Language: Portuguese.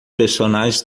personagens